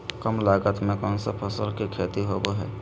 काम लागत में कौन फसल के खेती होबो हाय?